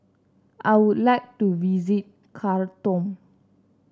I would like to visit Khartoum